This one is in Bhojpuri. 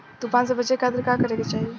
तूफान से बचे खातिर का करे के चाहीं?